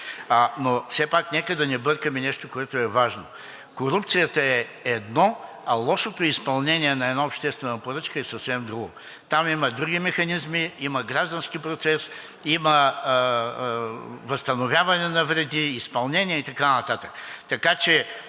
Но все пак нека да не бъркаме нещо, което е важно. Корупцията е едно, а лошото изпълнение на една обществена поръчка е съвсем друго. Там има други механизми, има граждански процес, има възстановяване на вреди, изпълнение и така нататък.